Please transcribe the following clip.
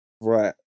Right